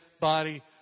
body